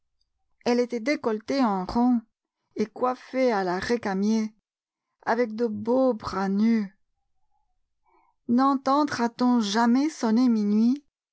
elle était décolletée en rond et coiffée à la récamier avec de beaux bras nus nentendra t on jamais sonner minuit